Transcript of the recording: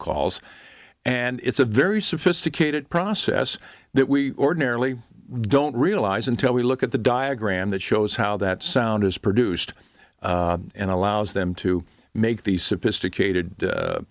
calls and it's a very sophisticated process that we ordinarily don't realize until we look at the diagram that shows how that sound is produced and allows them to make these sophisticated